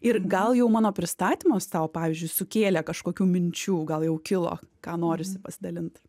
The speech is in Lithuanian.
ir gal jau mano pristatymas tau pavyzdžiui sukėlė kažkokių minčių gal jau kilo ką norisi pasidalint